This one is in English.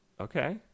okay